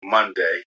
Monday